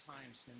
times